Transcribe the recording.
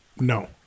No